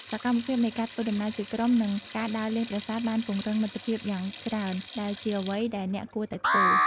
សកម្មភាពនៃការធ្វើដំណើរជាក្រុមនិងការដើរលេងប្រាសាទបានពង្រឹងមិត្តភាពយ៉ាងច្រើន ដែលជាអ្វីដែលអ្នកគួរតែធ្វើ។